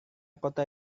kota